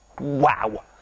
wow